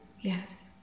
Yes